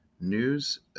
news